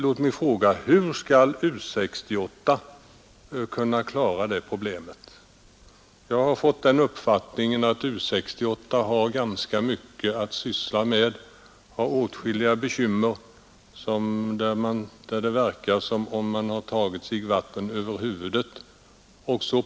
Låt mig fråga: Hur skall U 68 kunna lösa detta problem? Jag har fått den uppfattningen att U 68 har ganska mycket att syssla med och har åtskilliga bekymmer; det verkar nästan som om U 68 har tagit sig vatten över huvudet.